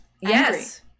Yes